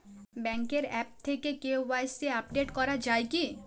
ব্যাঙ্কের আ্যপ থেকে KYC update করা যায় কি?